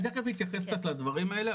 אני תיכף אתייחס לדברים האלה,